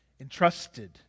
entrusted